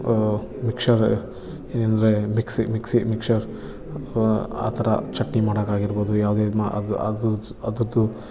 mixer ಏನಂದರೆ mixie mixie mixer ಆ ಥರ ಚಟ್ನಿ ಮಾಡೊಕಾಗಿರ್ಬೌದು ಯಾವುದೇ ಅದ್ರದು